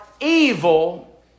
evil